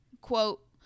Quote